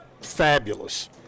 fabulous